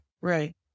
Right